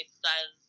says